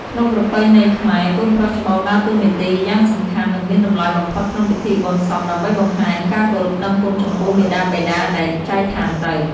ក្នុងប្រពៃណីខ្មែរ កូនប្រុសច្បងដើរតួនាទីយ៉ាងសំខាន់ និងមានតម្លៃបំផុតក្នុងពិធីបុណ្យសព ដើម្បីបង្ហាញការគោរពដឹងគុណចំពោះមាតាបិតាដែលចែកឋានទៅ។